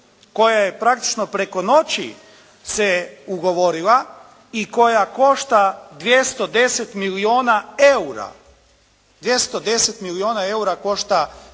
koja je praktički preko noći se ugovorila i koja košta 210 milijuna eura. 210 milijuna eura košta